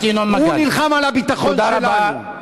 הוא נלחם על הביטחון שלנו.